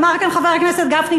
אמר כאן חבר הכנסת גפני,